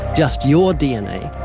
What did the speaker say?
just your dna,